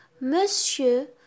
Monsieur